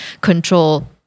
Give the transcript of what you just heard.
control